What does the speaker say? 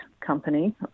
company